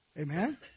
Amen